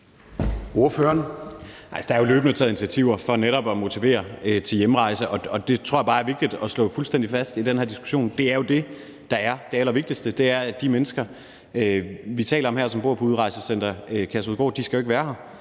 der er jo løbende taget initiativer for netop at motivere til hjemrejse, og det tror jeg bare er vigtigt at slå fuldstændig fast i den her diskussion. Det er jo det, der er det allervigtigste: at de mennesker, vi taler om her, som bor på Udrejsecenter Kærshovedgård, jo ikke skal være her.